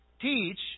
teach